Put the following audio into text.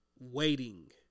waiting